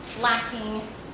lacking